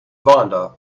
vonda